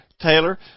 Taylor